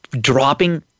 dropping